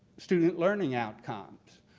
student learning outcomes.